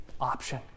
option